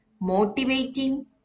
motivating